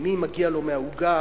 מי מגיע לו מהעוגה,